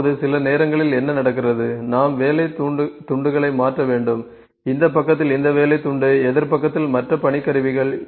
இப்போது சில நேரங்களில் என்ன நடக்கிறது நாம் வேலை துண்டுகளை மாற்ற வேண்டும் இந்த பக்கத்தில் இந்த வேலை துண்டு எதிர் பக்கத்தில் மற்ற பணிக்கருவிகள்